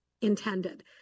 intended